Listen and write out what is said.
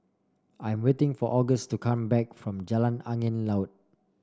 I am waiting for August to come back from Jalan Angin Laut